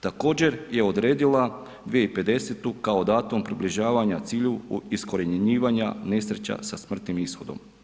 Također je odredila 2050. kao datum približavanja cilju iskorjenjivanja nesreća sa smrtnim ishodom.